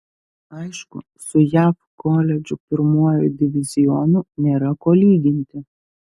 aišku su jav koledžų pirmuoju divizionu nėra ko lyginti